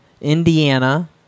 Indiana